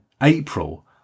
April